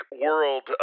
world